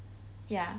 ya